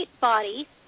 body